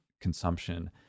consumption